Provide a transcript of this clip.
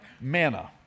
manna